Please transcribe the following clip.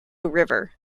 river